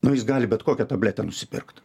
nu jis gali bet kokią tabletę nusipirkt